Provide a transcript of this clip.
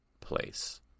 place